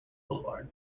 boulevard